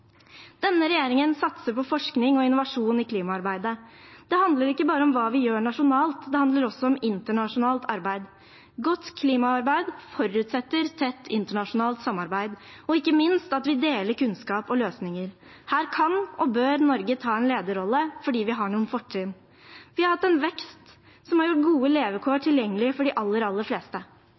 Denne regjeringen satser på forskning og innovasjon i klimaarbeidet. Det handler ikke bare om hva vi gjør nasjonalt. Det handler også om internasjonalt arbeid. Godt klimaarbeid forutsetter tett internasjonalt samarbeid, og ikke minst at vi deler kunnskap og løsninger. Her kan og bør Norge ta en lederrolle fordi vi har noen fortrinn. Vi har hatt en vekst som har gjort gode levekår tilgjengelig for de aller, aller fleste.